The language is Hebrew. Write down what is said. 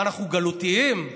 מה אנחנו, גלותיים?